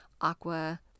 aqua